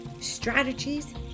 strategies